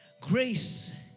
Grace